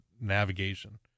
navigation